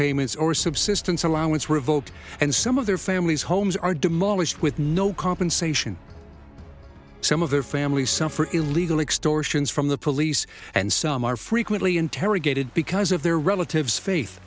payments or subsistence allowance revoked and some of their families homes are demolished with no compensation some of their families suffer illegal extortions from the police and some are frequently interrogated because of their relatives faith